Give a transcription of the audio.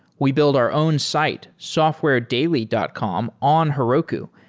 we build our own site, softwaredaily dot com on heroku,